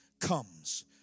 comes